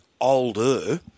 older